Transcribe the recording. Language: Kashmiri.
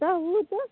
دَہ وُہ دۄہ